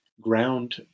ground